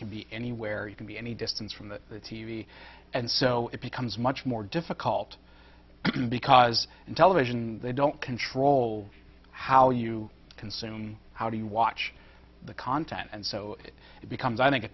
can be anywhere you can be any distance from the t v and so it becomes much more difficult because in television they don't control how you consume how do you watch the content and so it becomes i think a